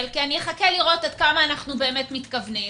כי אני אחכה לראות עד כמה אנחנו באמת מתכוונים,